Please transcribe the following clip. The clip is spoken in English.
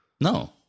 No